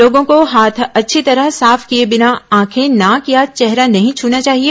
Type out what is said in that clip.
लोगों को हाथ अच्छी तरह साफ किए बिना आखें नाक या चेहरा नहीं छना चाहिए